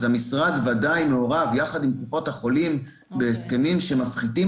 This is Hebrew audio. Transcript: אז המשרד בוודאי מעורב יחד עם קופות החולים בהסכמים שמפחיתים